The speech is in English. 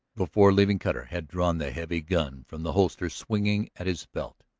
before leaving cutter, had drawn the heavy gun from the holster swinging at his belt.